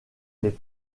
les